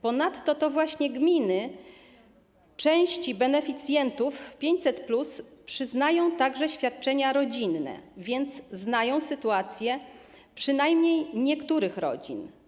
Ponadto to właśnie gminy przyznają części beneficjentów 500+ także świadczenia rodzinne, więc znają sytuację przynajmniej niektórych rodzin.